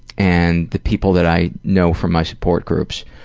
and the people that i know from my support groups,